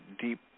deep